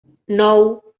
nou